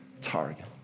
target